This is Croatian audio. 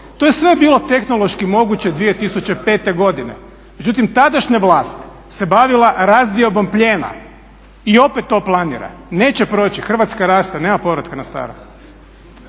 to je sve bilo tehnološki moguće 2005. godine, međutim tadašnja vlast se bavila razdiobom plijena i opet to planira. Neće proći, Hrvatska raste, nema povratka na staro.